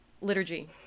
liturgy